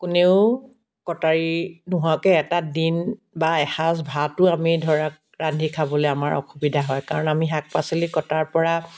কোনেও কটাৰী নোহোৱাকৈ এটা দিন বা এসাঁজ ভাতো আমি ধৰক ৰান্ধি খাবলৈ আমাৰ অসুবিধা হয় কাৰণ আমি শাক পাচলি কটাৰ পৰা